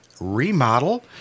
Remodel